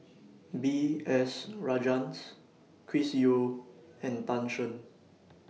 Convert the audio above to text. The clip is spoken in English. B S Rajhans Chris Yeo and Tan Shen